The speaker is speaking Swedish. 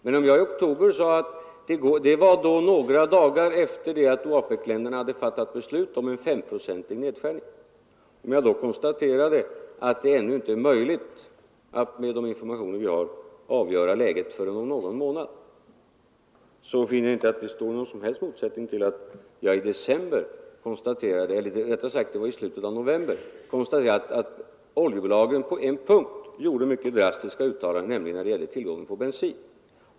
Men om jag i oktober, några dagar efter det att OAPEC-länderna fattat beslut om en femprocentig nedskärning, konstaterade att det med de informationer vi har inte är möjligt att uttala sig om läget förrän om någon månad, så finner jag inte att det står i någon som helst motsättning till att jag i slutet av november konstaterade att oljebolagen på en punkt gjorde mycket drastiska uttalanden, nämligen när det gällde tillgången på bensin.